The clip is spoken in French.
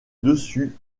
dessus